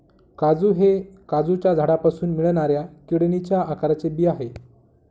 काजू हे काजूच्या झाडापासून मिळणाऱ्या किडनीच्या आकाराचे बी आहे